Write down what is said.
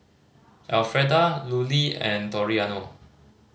Elfreda Lulie and Toriano